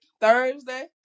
Thursday